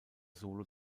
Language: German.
solo